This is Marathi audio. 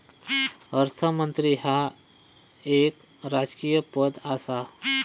अर्थमंत्री ह्या एक राजकीय पद आसा